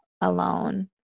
alone